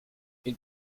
une